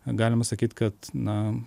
galima sakyt kad na